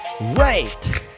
right